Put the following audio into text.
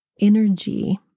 energy